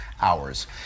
hours